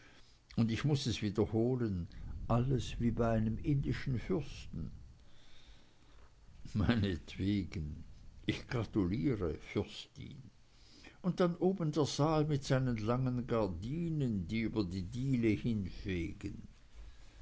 und ich muß es wiederholen alles wie bei einem indischen fürsten meinetwegen ich gratuliere fürstin und dann oben der saal mit seinen langen gardinen die über die diele hinfegen